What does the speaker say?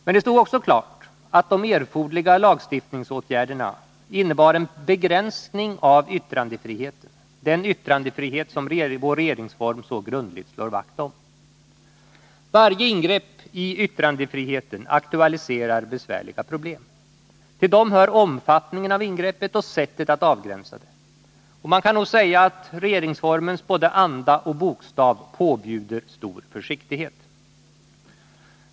Men det stod också klart att de erforderliga lagstiftningsåtgärderna innebär en begränsning av yttrandefriheten, den yttrandefrihet som vår regeringsform så grundligt slår vakt om. Varje ingrepp i yttrandefriheten aktualiserar besvärliga problem. Till dem hör omfattningen av ingreppet och sättet att avgränsa. Man kan nog säga att regeringsformens både anda och bokstav påbjuder stor försiktighet.